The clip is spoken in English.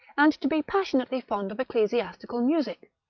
and to be passionately fond of ecclesiastical music.